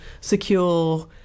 secure